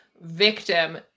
victim